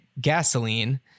gasoline